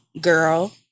girl